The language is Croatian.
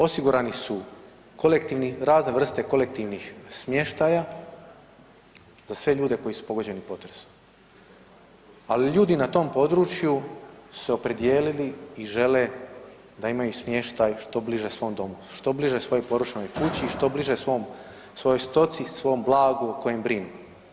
Osigurani su kolektivni, razne vrste kolektivnih smještaja za sve ljude koji su pogođeni potresom, ali ljudi na tom području su se opredijelili i žele da imaju smještaj što bliže svom domu, što bliže svojoj porodičnoj kući i što bliže svom, svojoj stoci, svom blagu o kojem brinu.